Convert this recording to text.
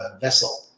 vessel